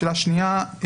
השאלה השנייה,